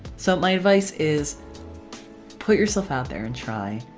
so my advice is put yourself out there and try.